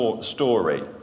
story